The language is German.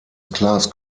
class